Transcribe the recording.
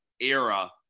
era